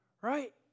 Right